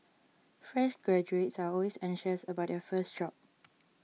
fresh graduates are always anxious about their first job